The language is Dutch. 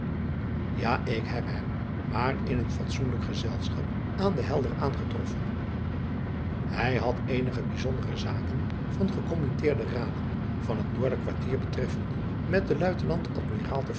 a ik heb hem maar in een fatsoenlijk driaan oosjes zn et leven van illegonda uisman gezelschap aan de elder aangetroffen ij had eenige bijzondere zaken van ecommitteerde aden van het oorderkwartier betreffende met den uitenant dmiraal